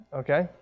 okay